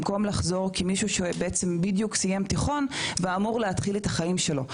במקום לחזור כמישהו שבדיוק סיים תיכון ואמור להתחיל את החיים שלו.